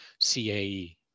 CAE